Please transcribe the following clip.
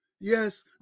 Yes